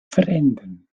verändern